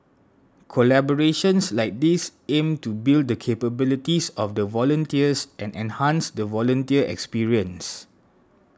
collaborations like these aim to build the capabilities of the volunteers and enhance the volunteer experience